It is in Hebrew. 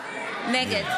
נגד נגד,